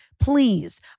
Please